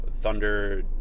Thunder